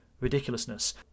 ridiculousness